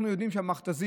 אנחנו יודעים שהמכת"זית,